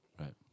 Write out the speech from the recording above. Right